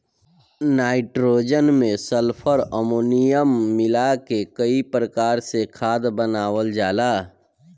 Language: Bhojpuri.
नाइट्रोजन में सल्फर, अमोनियम मिला के कई प्रकार से खाद बनावल जाला